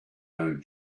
own